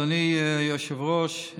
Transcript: אדוני היושב-ראש,